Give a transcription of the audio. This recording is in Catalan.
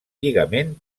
lligament